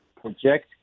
project